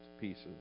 pieces